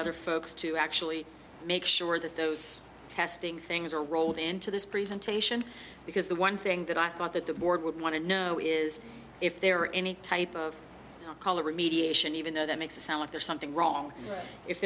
other folks to actually make sure that those testing things are rolled into this presentation because the one thing that i thought that the board would want to know is if there were any type of color remediation even though that makes it sound like there's something wrong if